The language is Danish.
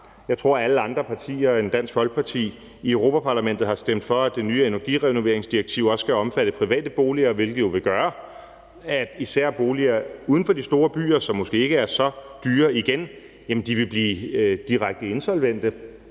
partier end Dansk Folkeparti, der i Europa-Parlamentet har stemt for, at det nye energirenoveringsdirektiv også skal omfatte private boliger, hvilket jo vil gøre, at især boliger uden for de store byer, som måske ikke er så dyre igen, vil blive direkte insolvente.